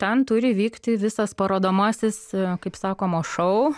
ten turi vykti visas parodomasis kaip sakoma šou